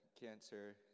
cancer